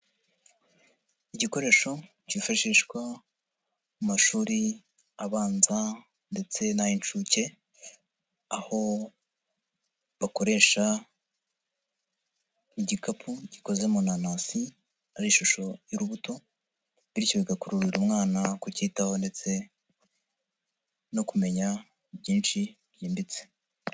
Igikoresho cyifashishwa mu mashuri abanza ndetse n'ay'inshuke, aho bakoresha igikapu gikoze mu nanasi ari ishusho y'urubuto, bityo bigakururira umwana kucyitaho ndetse no kumenya byinshi byimbitse.